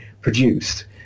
produced